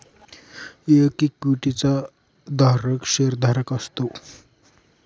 एक इक्विटी चा धारक एक शेअर धारक असतो